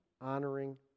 honoring